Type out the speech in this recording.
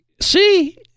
See